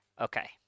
Okay